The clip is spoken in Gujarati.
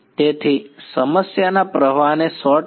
તેથી સમસ્યાના પ્રવાહને શોર્ટ કરો